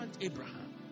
Abraham